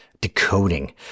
decoding